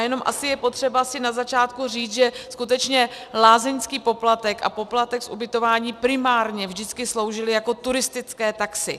Jenom asi je potřeba si na začátku říct, že skutečně lázeňský poplatek a poplatek z ubytování primárně vždycky sloužily jako turistické taxy.